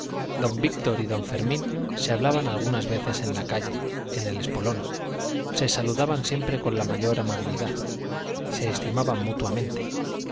don víctor y don fermín se hablaban algunas veces en la calle en el espolón se saludaban siempre con la mayor amabilidad se estimaban mutuamente